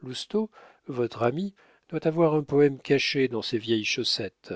lousteau votre ami doit avoir un poème caché dans ses vieilles chaussettes